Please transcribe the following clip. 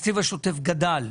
והוא גדל.